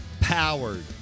Powered